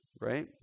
right